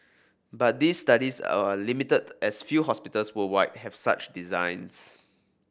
but these studies are limited as few hospitals worldwide have such designs